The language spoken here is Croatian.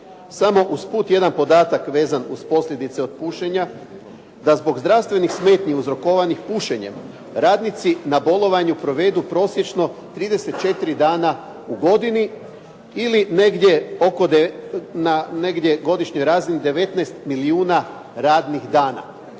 Samo usput jedan podatak vezan uz posljedice od pušenja, da zbog zdravstvenih smetnji uzrokovanih pušenjem, radnici na bolovanju provedu prosječno 34 dana u godini ili negdje na godišnjoj razini 19 milijuna radnih dana.